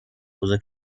بزرگ